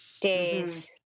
days